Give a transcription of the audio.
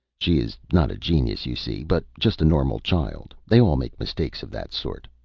she is not a genius, you see, but just a normal child they all make mistakes of that sort.